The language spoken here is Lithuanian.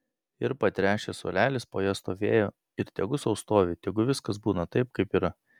ir patręšęs suolelis po ja stovėjo ir tegu sau stovi tegu viskas būna taip kaip yra